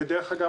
דרך אגב,